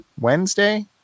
wednesday